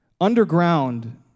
Underground